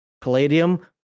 Palladium